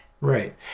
right